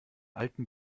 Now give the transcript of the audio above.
alten